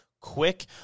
quick